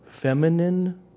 feminine